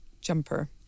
jumper